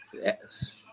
Yes